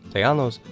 tejanos,